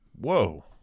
Whoa